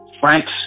Frank's